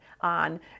on